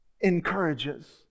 encourages